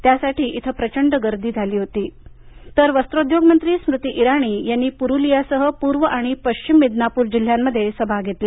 त्यासाठी इथं प्रचंड गर्दी झाली होती तर वस्त्रोद्योग मंत्री स्मृती इराणी यांनी पुरुलियासह पूर्व आणि पश्चिम मिदनापूर जिल्ह्यांमध्ये सभा घेतल्या